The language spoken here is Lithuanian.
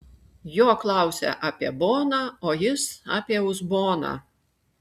jo klausia apie boną o jis apie uzboną